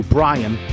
Brian